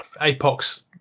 Apox